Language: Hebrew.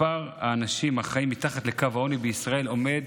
מספר האנשים החיים מתחת לקו העוני בישראל עומד